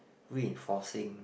reinforcing